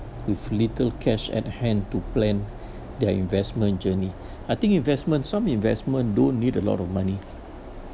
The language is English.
with little cash at hand to plan their investment journey I think investments some investment don't need a lot of money